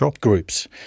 groups